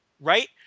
Right